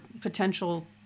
potential